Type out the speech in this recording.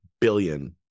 billion